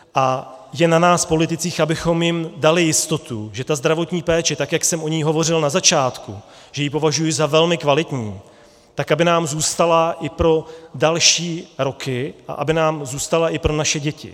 A je na nás politicích, abychom jim dali jistotu, že zdravotní péče, tak jak jsem o ní hovořil na začátku, že ji považuji za velmi kvalitní, aby nám zůstala i pro další roky a aby nám zůstala i pro naše děti.